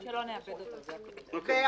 חשוב שלא נאבד אותו, זה הכול.